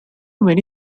many